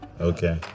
okay